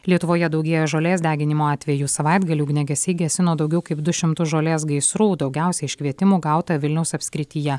lietuvoje daugėja žolės deginimo atvejų savaitgalį ugniagesiai gesino daugiau kaip du šimtus žolės gaisrų daugiausia iškvietimų gauta vilniaus apskrityje